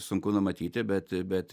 sunku numatyti bet bet